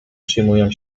przyjmują